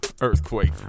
earthquake